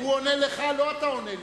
הוא עונה לך, לא אתה לו.